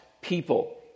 people